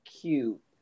cute